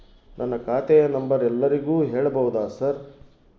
ನನ್ನ ಖಾತೆಯ ನಂಬರ್ ಎಲ್ಲರಿಗೂ ಹೇಳಬಹುದಾ ಸರ್?